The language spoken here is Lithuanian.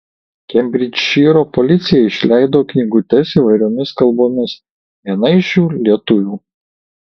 kembridžšyro policija išleido knygutes įvairiomis kalbomis viena iš jų lietuvių